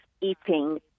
eating